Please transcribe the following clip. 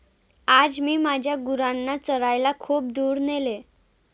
आज मी माझ्या गुरांना चरायला खूप दूर नेले